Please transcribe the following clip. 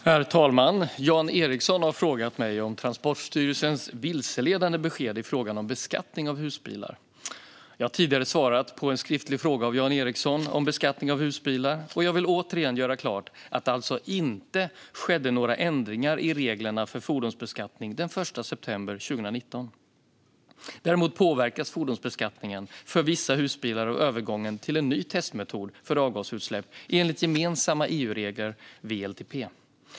Herr talman! Jan Ericson har frågat mig om Transportstyrelsens vilseledande besked i frågan om beskattning av husbilar. Jag har tidigare svarat på en skriftlig fråga av Jan Ericson om beskattning av husbilar. Jag vill återigen göra klart att det alltså inte skedde några ändringar i reglerna för fordonsbeskattning den 1 september 2019. Däremot påverkas fordonsbeskattningen för vissa husbilar av övergången till en ny testmetod för avgasutsläpp enligt gemensamma EU-regler, WLTP.